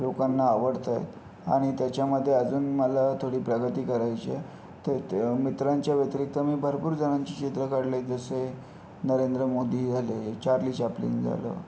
लोकांना आवडत आहेत आणि त्याच्यामध्ये अजून मला थोडी प्रगती करायचीय तर त मित्रांच्या व्यतिरिक्त मी भरपूर जणांची चित्र काढले जसे नरेंद्र मोदी झाले चार्ली चाप्लिन झालं